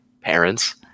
parents